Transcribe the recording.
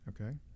okay